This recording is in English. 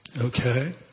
Okay